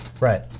Right